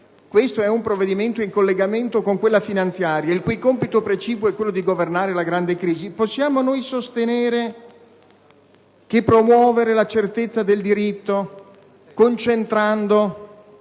questo è un provvedimento in collegamento con la finanziaria, il cui compito precipuo è quello di governare la grande crisi, possiamo noi sostenere che promuovere la certezza del diritto, concentrando